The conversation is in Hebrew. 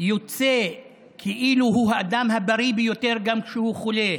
יוצא כאילו הוא האדם הבריא ביותר גם כשהוא חולה,